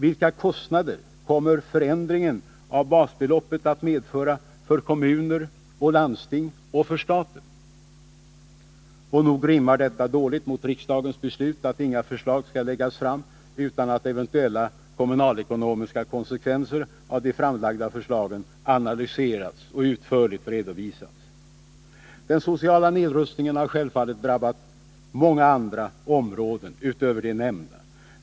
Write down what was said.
Vilka kostnader kommer förändringen av basbeloppet att medföra för kommuner och landsting och för staten? Och nog rimmar detta dåligt med riksdagens beslut att inga förslag skall läggas fram utan att eventuella kommunalekonomiska konsekvenser av de framlagda förslagen analyserats och utförligt redovisats. Den sociala nedrustningen har självfallet drabbat många andra områden utöver de nämnda.